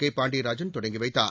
கேபாண்டியராஜன் தொடங்கி வைத்தார்